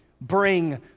bring